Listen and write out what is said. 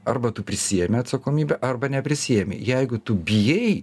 arba tu prisiemi atsakomybę arba neprisiemi jeigu tu bijai